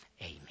Amen